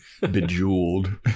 Bejeweled